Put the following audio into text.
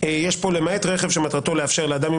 יש פה "למעט רכב שמטרתו לאפשר לאדם עם